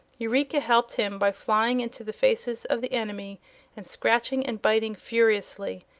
eureka helped him by flying into the faces of the enemy and scratching and biting furiously,